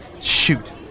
shoot